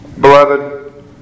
beloved